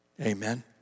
Amen